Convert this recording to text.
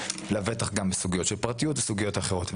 לבטח גם בסוגיות של פרטיות ואחרות.